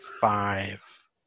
five